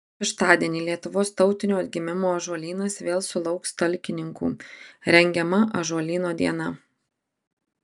šeštadienį lietuvos tautinio atgimimo ąžuolynas vėl sulauks talkininkų rengiama ąžuolyno diena